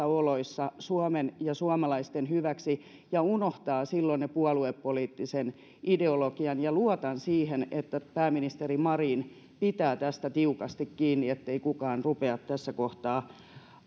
oloissa suomen ja suomalaisten hyväksi ja unohtaa silloin puoluepoliittisen ideologian luotan siihen että pääministeri marin pitää tästä tiukasti kiinni ettei kukaan rupea tässä kohtaa